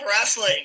wrestling